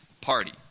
party